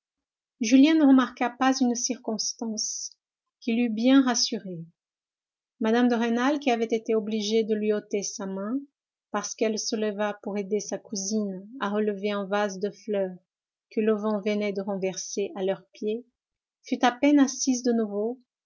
julien ne remarqua pas une circonstance qui l'eût bien rassuré mme de rênal qui avait été obligée de lui ôter sa main parce qu'elle se leva pour aider sa cousine à relever un vase de fleurs que le vent venait de renverser à leurs pieds fut à peine assise de nouveau